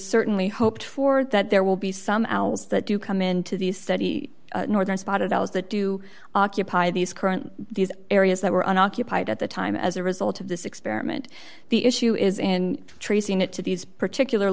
certainly hoped for that there will be some hours that do come into the study northern spotted owls that do occupy these current these areas that were unoccupied at the time as a result of this experiment the issue is in tracing it to these particular